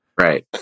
Right